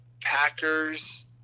Packers